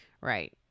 Right